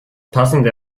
passende